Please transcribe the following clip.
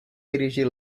dirigit